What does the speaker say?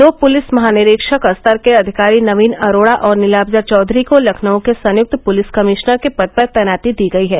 दो पुलिस महानिरीक्षक स्तर के अधिकारी नवीन अरोड़ा और नीलाब्जा चौधरी को लखनऊ के संयुक्त पुलिस कमिश्नर के पद पर तैनाती दी गई है